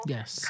Yes